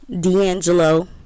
D'Angelo